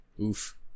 oof